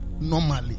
normally